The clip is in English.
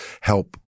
help